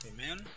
Amen